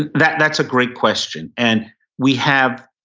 that's that's a great question. and we have